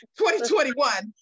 2021